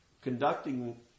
conducting